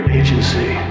agency